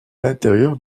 l’intérieur